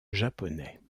japonais